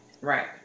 Right